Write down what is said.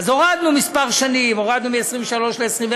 אז הורדנו כמה שנים, הורדנו מ-23 ל-21.